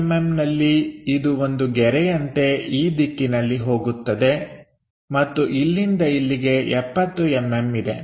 70mmನಲ್ಲಿ ಇದು ಒಂದು ಗೆರೆಯಂತೆ ಈ ದಿಕ್ಕಿನಲ್ಲಿ ಹೋಗುತ್ತದೆ ಮತ್ತು ಇಲ್ಲಿಂದ ಅಲ್ಲಿಗೆ 70mm ಇದೆ